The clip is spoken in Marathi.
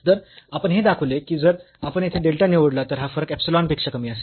तर आपण हे दाखवले की जर आपण येथे डेल्टा निवडला तर हा फरक इप्सिलॉन पेक्षा कमी असेल